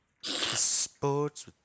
Sports